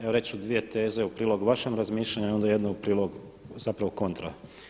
Evo reći ću dvije teze u prilog vašem razmišljanju i onda jednu u prilog zapravo kontra.